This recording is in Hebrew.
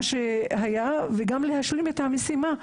הגיע הזמן גם ליישם את מה שהיה וגם להשלים את המשימה,